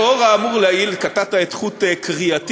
לאור האמור לעיל, קטעת את חוט קריאתי.